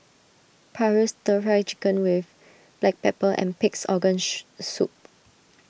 Paru Stir Fried Chicken with Black Pepper and Pig's Organ Soup